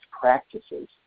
practices